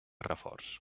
reforç